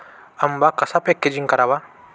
आंबा कसा पॅकेजिंग करावा?